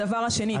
הדבר השני,